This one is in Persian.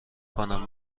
کنم